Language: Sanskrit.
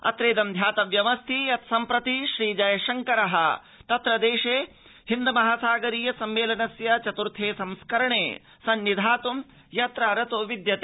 अत्रेद ध्यातव्यमस्ति यत् सम्प्रति श्रीजयशंकर तत्र देशे हिन्द महासागरीय संमेलनस्य चतुर्थे संस्करणे संनिधातृं यात्रारतो विद्यते